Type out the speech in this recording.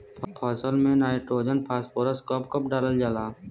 फसल में nitrogen phosphorus कब कब डालल जाला?